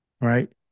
Right